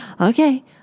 Okay